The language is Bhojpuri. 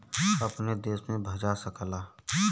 अपने देश में भजा सकला